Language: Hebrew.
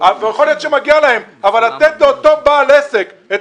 יכול להיות שמגיע להם אבל לתת לאותו בעל עסק את